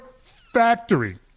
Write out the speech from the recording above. factory